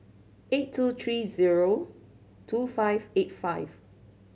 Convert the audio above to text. eight two three zero two five eight five